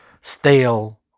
stale